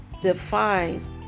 defines